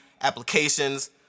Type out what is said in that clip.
applications